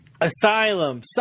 asylum